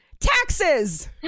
taxes